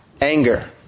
Anger